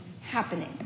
happening